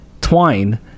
twine